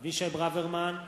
אבישי ברוורמן,